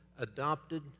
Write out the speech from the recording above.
adopted